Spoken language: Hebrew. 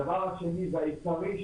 הדבר השני והעיקרי היא